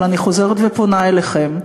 אבל אני חוזרת ופונה אליכם,